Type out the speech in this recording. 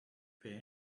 pay